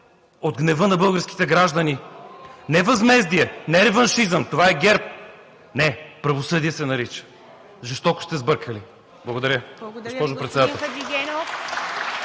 от гнева на българските граждани, не възмездие, не реваншизъм – това е ГЕРБ, не, правосъдие се нарича, жестоко сте сбъркали. Благодаря, госпожо